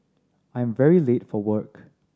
I'm very late for work